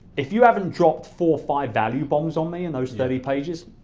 if you haven't dropped four, five value bombs on me in those thirty pages,